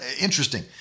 interesting